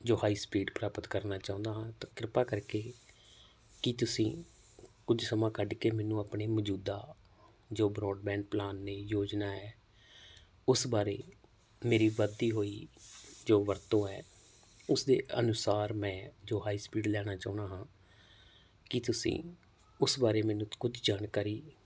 ਜੋ high speed ਪ੍ਰਾਪਤ ਕਰਨਾ ਚਾਹੁੰਦਾ ਹਾਂ ਤਾਂ ਕਿਰਪਾ ਕਰਕੇ ਕੀ ਤੁਸੀਂ ਕੁਝ ਸਮਾਂ ਕੱਢ ਕੇ ਮੈਨੂੰ ਆਪਣੇ ਮੌਜੂਦਾ ਜੋ ਬਰੋਡਬੈਂਡ ਪਲਾਨ ਨੇ ਯੋਜਨਾ ਹੈ ਉਸ ਬਾਰੇ ਮੇਰੀ ਵੱਧਦੀ ਹੋਈ ਜੋ ਵਰਤੋਂ ਹੈ ਉਸਦੇ ਅਨੁਸਾਰ ਮੈਂ ਜੋ ਹਾਈ ਸਪੀਡ ਲੈਣਾ ਚਾਹੁੰਦਾ ਹਾਂ ਕੀ ਤੁਸੀਂ ਉਸ ਬਾਰੇ ਮੈਨੂੰ ਕੁਝ ਜਾਣਕਾਰੀ